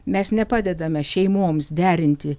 mes nepadedame šeimoms derinti